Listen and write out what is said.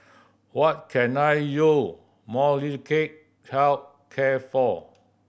what can I you Molnylcke Health Care for